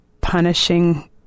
punishing